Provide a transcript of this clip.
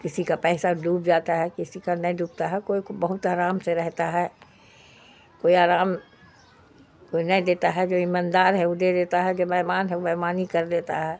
کسی کا پیسہ ڈوب جاتا ہے کسی کا نہیں ڈوبتا ہے کوئی کوئی بہت آرام سے رہتا ہے کوئی آرام کوئی نہیں دیتا ہے جو ایماندار ہے او دے دیتا ہے جو بیمان ہے او بیمانی کر دیتا ہے